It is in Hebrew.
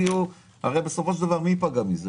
הרי בסופו של דבר מי ייפגע מזה?